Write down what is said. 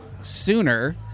sooner